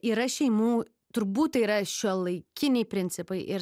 yra šeimų turbūt tai yra šiuolaikiniai principai ir